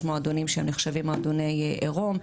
יש מועדונים שהם נחשבים מועדוני עירום.